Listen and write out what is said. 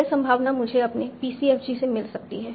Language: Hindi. यह संभावना मुझे अपने PCFG से मिल सकती है